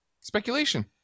speculation